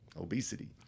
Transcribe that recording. obesity